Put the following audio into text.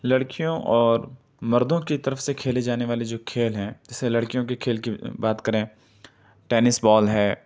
لڑکیوں اور مردوں کی طرف سے کھیلے جانے والے جو کھیل ہیں جیسے لڑکیوں کے کھیل کی بات کریں ٹینس بال ہے